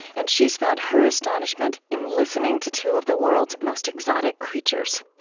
and she's found her astonishment in listening to two of the world's most exotic creatures.